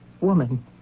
woman